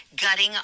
gutting